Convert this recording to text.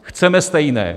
Chceme stejné.